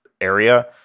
area